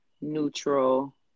neutral